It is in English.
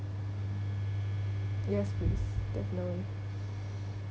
yes please definitely